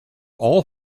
all